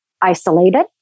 isolated